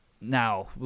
now